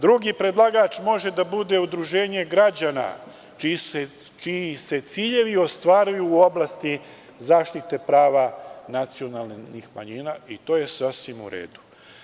Drugi predlagač može da bude udruženje građana čiji se ciljevi ostvaruju u oblasti zaštite prava nacionalnih manjina i to je sasvim u redu.